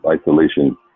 isolation